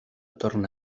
torna